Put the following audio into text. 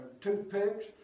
toothpicks